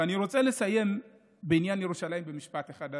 ואני רוצה לסיים בעניין ירושלים במשפט אחד,